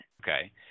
Okay